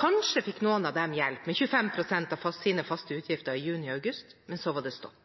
Kanskje fikk noen av dem hjelp med 25 pst. av sine faste utgifter i juni og august, men så var det stopp.